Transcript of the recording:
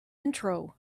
intro